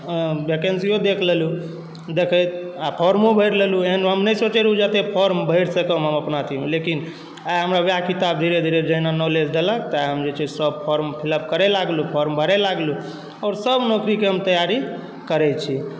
वैकेन्सिओ देख लेलहुँ देखैत आओर फॉर्मो भरि लेलहुँ एहन हम नहि सोचै रहौँ कि एतेक हम फॉर्म भरि सकब हम अपना अथीमे लेकिन आइ हमरा वएह किताब धीरे धीरे जहिना नॉलेज देलक तऽ हम जे छै सब फॉर्म फिलअप करै लागलहुँ फॉर्म भरै लागलहुँ आओर सब नौकरीके हम तैआरी करै छी